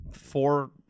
four